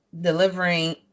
delivering